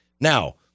Now